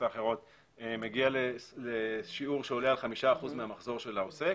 האחרות מגיע לשיעור שעולה על 5% מן המחזור של העוסק